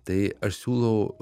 tai aš siūlau